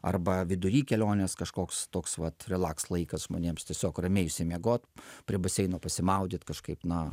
arba vidury kelionės kažkoks toks vat relaks laikas žmonėms tiesiog ramiai išsimiegot prie baseino pasimaudyt kažkaip na